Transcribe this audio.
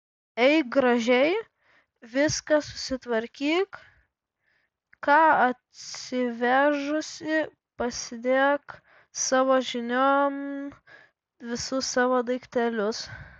eik gražiai viską susitvarkyk ką atsivežusi pasidėk savo žinion visus savo daiktelius